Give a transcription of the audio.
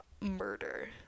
murder